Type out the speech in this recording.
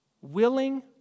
willing